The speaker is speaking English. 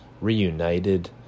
reunited